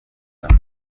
jumia